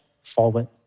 forward